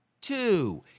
two